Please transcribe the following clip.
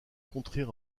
contrées